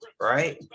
right